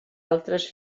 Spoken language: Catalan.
altres